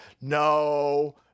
No